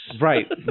Right